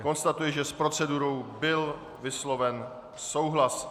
Konstatuji, že s procedurou byl vysloven souhlas.